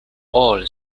all